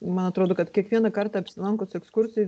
man atrodo kad kiekvieną kartą apsilankus ekskursijoj